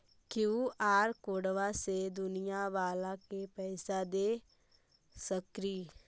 QR कोडबा से दुकनिया बाला के पैसा दे सक्रिय?